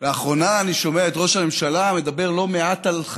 לאחרונה אני שומע את ראש הממשלה מדבר לא מעט על,